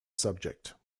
subject